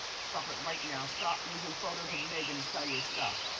stop it right now. stop usin' photos of meghan to sell your stuff.